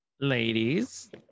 Ladies